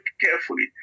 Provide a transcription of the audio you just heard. carefully